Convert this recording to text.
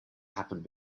happened